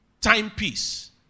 timepiece